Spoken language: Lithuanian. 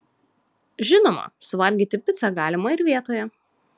žinoma suvalgyti picą galima ir vietoje